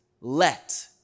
let